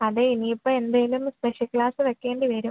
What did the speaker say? അതെ ഇനി ഇപ്പം എന്തെങ്കിലും സ്പെഷ്യൽ ക്ലാസ്സ് വയ്ക്കേണ്ടി വരും